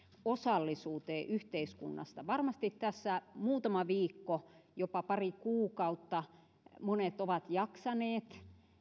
osallisuuteen yhteiskunnassa varmasti tässä muutama viikko jopa pari kuukautta monet ovat jaksaneet